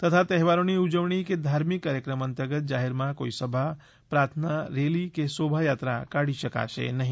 તથા તહેવારોની ઉજવણી કે ધાર્મિક કાર્યક્રમ અંતર્ગત જાહેરમાં કોઇ સભા પ્રાર્થના રેલી કે શોભાયાત્રા કાઢી શકાશે નહી